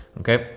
okay.